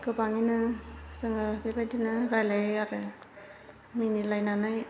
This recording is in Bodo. गोबाङैनो जोङो बेबायदिनो रायज्लायो आरो मिनिलायनानै